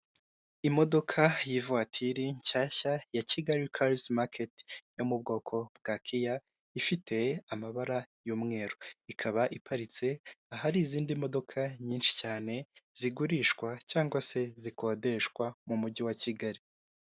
Imodoka y'ivatiri nshyashya ya Kigali karisi maketi, yo mu bwoko bwa kiya, ifite amabara y'umweru, ikaba iparitse ahari izindi modoka nyinshi cyane zigurishwa cyangwa se zikodeshwa mu mujyi wa Kigali.